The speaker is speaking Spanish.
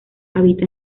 habita